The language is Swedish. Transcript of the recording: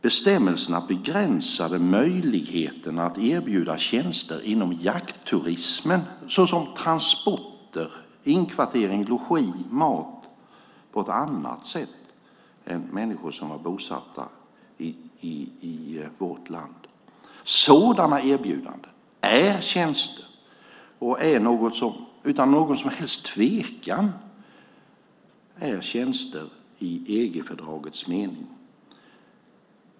Bestämmelserna begränsade möjligheten att erbjuda tjänster inom jaktturismen, såsom transporter, inkvartering, logi och mat, på ett annat sätt än för människor som var bosatta i vårt land. Sådana erbjudanden är tjänster och är, utan någon som helst tvekan, tjänster i EG-fördragets mening.